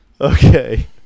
Okay